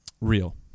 real